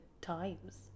times